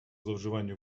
зловживань